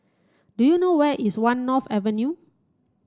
do you know where is One North Avenue